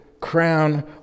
crown